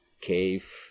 cave